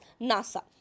NASA